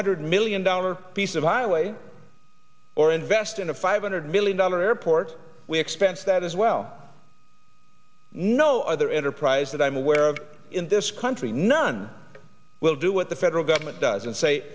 hundred million dollar piece of highway or invest in a five hundred million dollar airport we expense that as well no other enterprise that i'm aware of in this country none will do what the federal government does and say